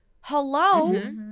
hello